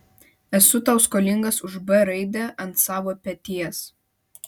esu tau skolingas už b raidę ant savo peties